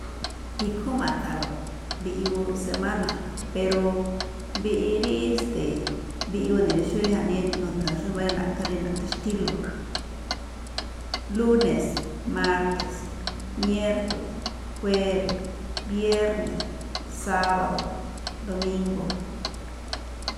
Ikhúúnꞌ ma̱tha̱nlo̱ꞌ, mbiꞌyuu semána̱, pero mbiꞌi rí este̱e̱ꞌ, mbiꞌyuu ne̱ xó rí jaꞌnii nu̱tha̱nxo̱ꞌ xómáꞌ rí jaꞌnii na̱ꞌthán xtílo̱: lúne̱s, márte̱s, miéko̱le̱s, juébe̱, biérne̱, sába̱do̱, domíngo̱.